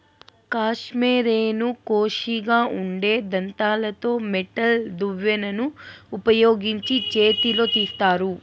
కష్మెరెను కోషిగా ఉండే దంతాలతో మెటల్ దువ్వెనను ఉపయోగించి చేతితో తీస్తారు